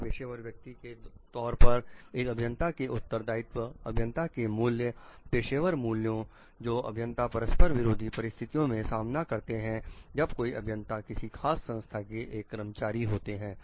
एक पेशेवर व्यक्ति के तौर पर एक अभियंता के उत्तरदायित्व अभियंता के मूल्य पेशेवर मूल्य जो अभियंता परस्पर विरोधी परिस्थितियों में सामना करते हैं जब कोई अभियंता किसी खास संस्था में एक कर्मचारी होता है